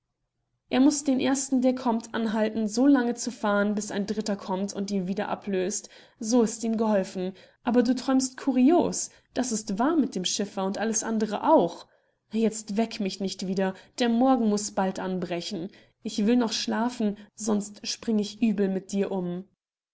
er muß den ersten der kommt anhalten so lange zu fahren bis ein dritter kommt der ihn wieder ablöst so ist ihm geholfen aber du träumst curios das ist wahr mit dem schiffer und alles andere auch jetzt weck mich nicht wieder der morgen muß bald anbrechen ich will noch schlafen sonst spring ich übel mit dir um